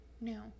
No